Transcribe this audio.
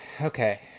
Okay